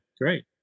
Great